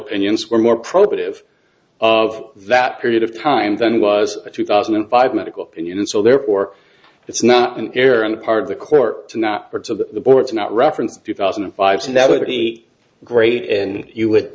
opinions were more probative of that period of time than was a two thousand and five medical opinion so therefore it's not an error on the part of the court to not parts of the board's not referenced two thousand and five so that would be great and you would